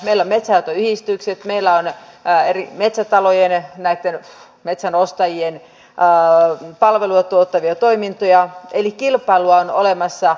meillä on metsänhoitoyhdistykset meillä on eri metsätalojen näitten metsän ostajien palvelua tuottavia toimintoja eli kilpailua on olemassa